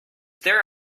there